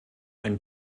ein